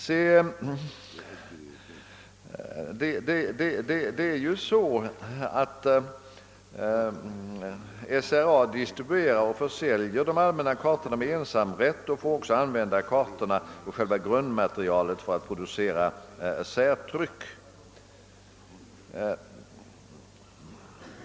Det är ju så att SRA distribuerar och försäljer de allmänna kartorna med en samrätt och också får använda grundmaterialet för att producera särtryck.